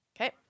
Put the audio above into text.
Okay